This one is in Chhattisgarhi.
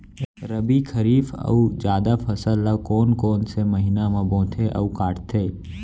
रबि, खरीफ अऊ जादा फसल ल कोन कोन से महीना म बोथे अऊ काटते?